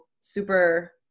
super